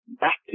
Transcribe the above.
back